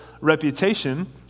reputation